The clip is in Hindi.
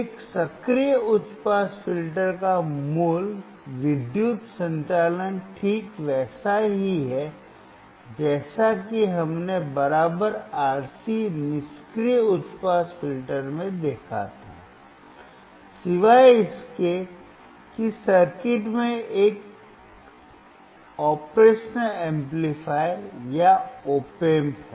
एक सक्रिय उच्च पास फिल्टर का मूल विद्युत संचालन ठीक वैसा ही है जैसा कि हमने बराबर RC निष्क्रिय उच्च पास फिल्टर में देखा था सिवाय इसके कि सर्किट में एक परिचालन एम्पलीफायर या ऑप एम्प है